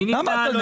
מי נמנע?